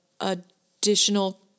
additional